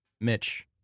Mitch